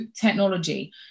technology